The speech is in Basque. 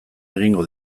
egingo